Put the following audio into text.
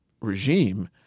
regime